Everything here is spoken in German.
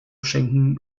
schenken